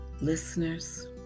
Listeners